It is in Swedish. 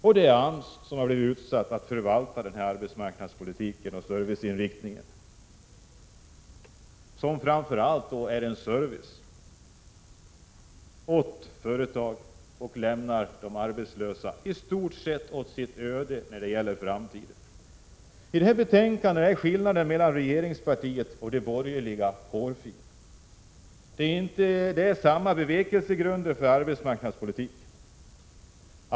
Och det är AMS som har blivit utsedd att förvalta denna arbetsmarknadspolitik och denna serviceinriktning. Det innebär framför allt en service åt företagen, och man lämnar de arbetslösa i stort sett åt deras öde när det gäller framtiden. I det här betänkandet är skillnaden mellan regeringspartiet och de borgerliga hårfin. Det är samma bevekelsegrunder för arbetsmarknadspolitiken.